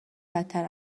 بدتر